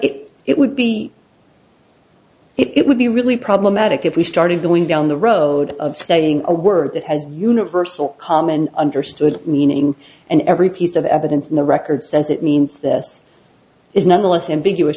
it would be it would be really problematic if we started going down the road of studying a word that has a universal common understood meaning and every piece of evidence in the record says it means this is none the less ambiguous